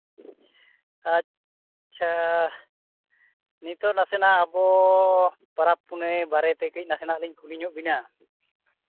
ᱟᱪᱪᱷᱟ ᱱᱤᱛᱚᱜ ᱱᱟᱥᱮᱱᱟᱜ ᱟᱵᱚ ᱯᱚᱨᱚᱵᱽ ᱯᱩᱱᱟᱹᱭ ᱵᱟᱨᱮ ᱛᱮ ᱠᱟᱹᱡ ᱱᱟᱥᱮ ᱱᱟᱜ ᱞᱤᱧ ᱠᱩᱞᱤ ᱧᱚᱜ ᱵᱤᱱᱟ